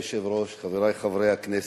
אדוני היושב-ראש, חברי חברי הכנסת,